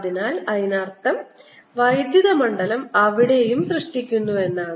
അതിനാൽ അതിനർത്ഥം വൈദ്യുത മണ്ഡലം അവിടെയും സൃഷ്ടിക്കുന്നു എന്നാണ്